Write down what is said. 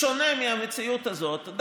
בשונה מהמציאות הזאת,